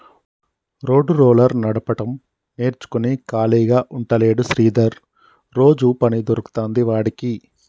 road roller నడపడం నేర్చుకుని ఖాళీగా ఉంటలేడు శ్రీధర్ రోజు పని దొరుకుతాంది వాడికి